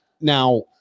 Now